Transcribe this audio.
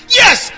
yes